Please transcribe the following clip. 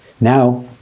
now